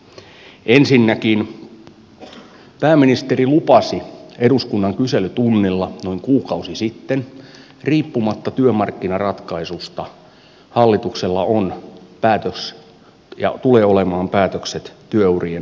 ensinnäkin pääministeri lupasi eduskunnan kyselytunnilla noin kuukausi sitten että riippumatta työmarkkinaratkaisusta hallituksella on ja tulee olemaan päätökset työurien pidentämiseen liittyen